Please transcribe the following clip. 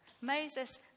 Moses